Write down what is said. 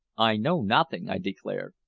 i know nothing, i declared.